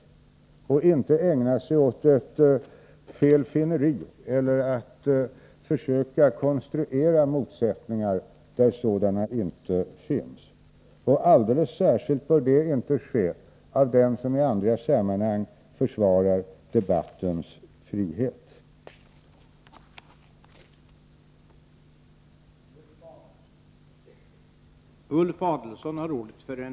Man skall inte ägna sig åt felfinneri eller åt att försöka konstruera motsättningar där sådana inte finns. Särskilt den som i andra sammanhang försvarar debattens frihet bör inte ägna sig åt detta.